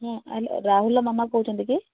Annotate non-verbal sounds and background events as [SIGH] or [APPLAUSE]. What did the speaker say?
ହୁଁ [UNINTELLIGIBLE] ରାହୁଲର ମାମା କହୁଛନ୍ତି କି